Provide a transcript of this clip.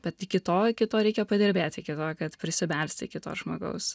bet iki to iki to reikia padirbėti iki to kad prisibelsti iki to žmogaus